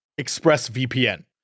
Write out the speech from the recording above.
ExpressVPN